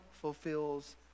fulfills